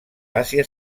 àsia